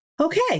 Okay